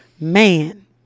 Man